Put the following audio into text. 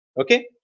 Okay